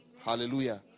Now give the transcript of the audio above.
Hallelujah